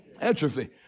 Atrophy